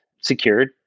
secured